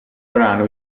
brano